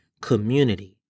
community